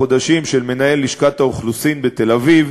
חודשים של מנהל לשכת האוכלוסין בתל-אביב,